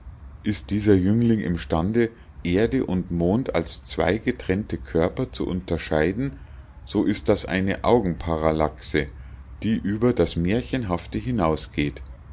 ist dieser jüngling imstande erde und mond als zwei getrennte körper zu unterscheiden so ist das eine augenparallaxe die über das märchenhafte hinausgeht